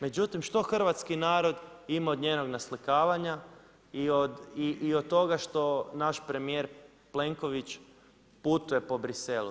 Međutim, što hrvatski narod ima od njenog naslikavanja i od toga što naš premjer Plenković putuje po Bruxellesu?